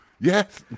Yes